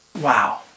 Wow